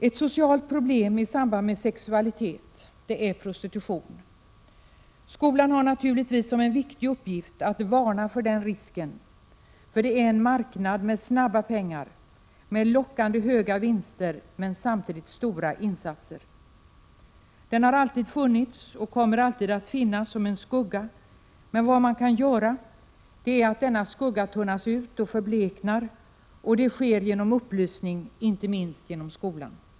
Ett socialt problem i samband med sexualitet är prostitution. Skolan har naturligtvis som en viktig uppgift att varna för den risken, ty det är en marknad med snabba pengar, med lockande höga vinster men samtidigt stora insatser. Den har alltid funnits och kommer alltid att finnas som en skugga. Men vad man kan göra är att få denna skugga att tunnas ut och förblekna. Det sker genom upplysning, inte minst genom skolan.